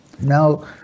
Now